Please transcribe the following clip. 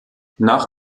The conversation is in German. nach